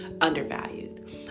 undervalued